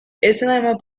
islamabad